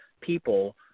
people